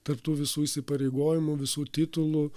tarp tų visų įsipareigojimų visų titulų